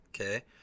okay